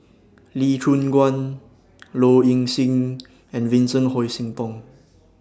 Lee Choon Guan Low Ing Sing and Vincent Hoisington